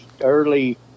early